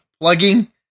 Plugging